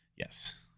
Yes